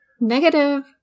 negative